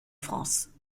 france